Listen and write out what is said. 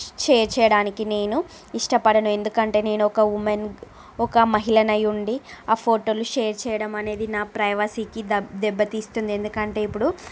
share చేయడానికి నేను ఇష్టపడను ఎందుకంటే నేను ఒక ఉమెన్ ఒక మహిళను అయ్యి ఆ ఫొటోలు షేర్ చేయడం అనేది నా ప్రైవసీకి దబ్బ దెబ్బతీస్తుంది ఎందుకంటే ఇప్పుడు